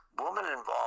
woman-involved